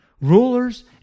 Rulers